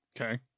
Okay